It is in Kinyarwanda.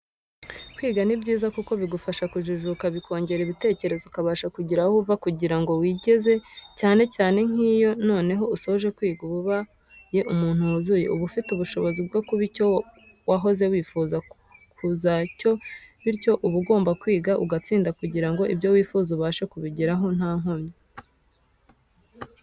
Kwiga ni byiza kuko bigufasha kujijuka bikongera ibitekerezo ukabasha kugira aho uva ukagiraho wigeza cyane cyane nkiyo noneho usoje kwiga uba ubaye Umuntu wuzuye. Uba ufite ubushozi bwo kuba icyo wahoze wifuza kuza cyo bityo uba ugomba kwiga ugatsinda kugira ngo ibyo wifuje ubashe kubigeraho ntankomyi.